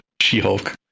She-Hulk